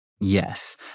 Yes